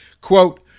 Quote